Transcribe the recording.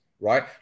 right